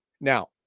Now